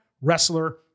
Wrestler